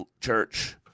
church